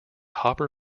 hopper